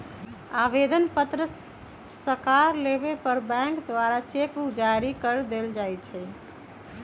आवेदन पत्र सकार लेबय पर बैंक द्वारा चेक बुक जारी कऽ देल जाइ छइ